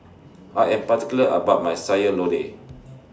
I Am particular about My Sayur Lodeh